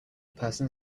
person